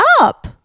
up